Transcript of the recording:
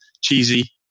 cheesy